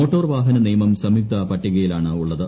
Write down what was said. motor വാഹന നിയമം സംയുക്ത പട്ടികയിലാണ് ഉള്ളത്